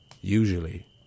Usually